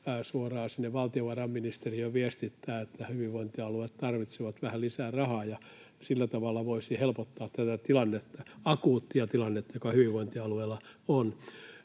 suoraan sinne valtiovarainministeriöön viestittää, että hyvinvointialueet tarvitsevat vähän lisää rahaa, ja sillä tavalla voisi helpottaa tätä akuuttia tilannetta, joka hyvinvointialueilla on.